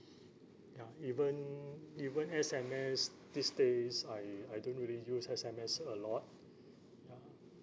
even even S_M_S these days I I don't really use S_M_S a lot ya